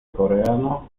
coreano